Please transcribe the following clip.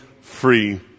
free